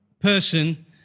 person